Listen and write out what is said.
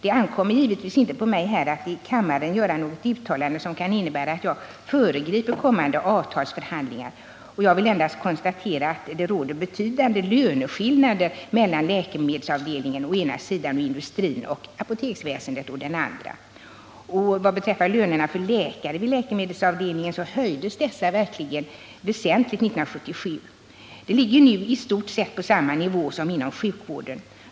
Det ankommer givetvis inte på mig att här i kammaren göra något uttalande som kan innebära att jag föregriper kommande avtalsförhandlingar. Jag vill endast konstatera att det råder betydande löneskillnader mellan läkemedelsavdelningen å ena sidan och industrin och apoteksväsendet å den andra. Vad beträffar lönerna för läkare vid läkemedelsavdelningen höjdes dessa väsentligt 1977. De ligger nu i stort sett på samma nivå som den som gäller för läkare inom sjukvården.